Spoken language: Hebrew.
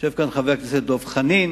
ויושב כאן חבר הכנסת דב חנין